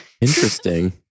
interesting